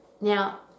Now